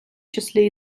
числі